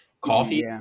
coffee